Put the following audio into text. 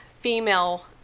female